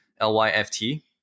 l-y-f-t